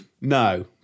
No